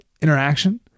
interaction